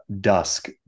dusk